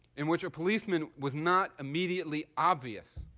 in which a policeman was not immediately obvious.